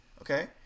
okay